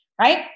right